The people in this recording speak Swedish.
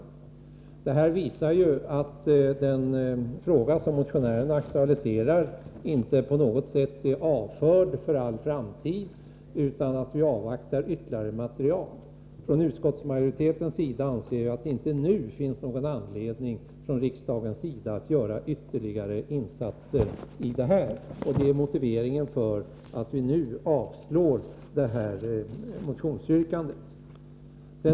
Allt detta visar att den fråga motionären aktualiserat inte på något sätt är avförd för all framtid, utan att vi avvaktar ytterligare material. Utskottets majoritet anser alltså att det inte nu finns anledning att göra ytterligare insatser. Det är motiveringen till att vi nu avslår detta motionsyrkande.